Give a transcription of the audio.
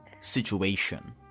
situation